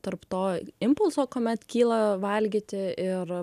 tarp to impulso kuomet kyla valgyti ir